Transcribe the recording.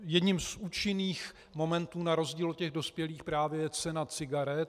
Jedním z účinných momentů na rozdíl od dospělých právě je cena cigaret.